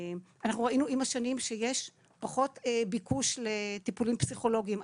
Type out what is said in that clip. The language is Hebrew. אנחנו ראינו עם השנים שיש פחות ביקוש לטיפולים פסיכולוגיים.